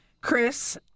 Chris